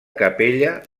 capella